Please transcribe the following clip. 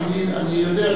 הציבור לא יודע.